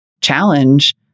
challenge